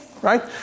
Right